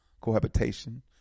cohabitation